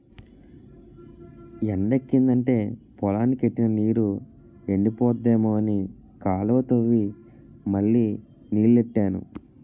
ఎండెక్కిదంటే పొలానికి ఎట్టిన నీరు ఎండిపోద్దేమో అని కాలువ తవ్వి మళ్ళీ నీల్లెట్టాను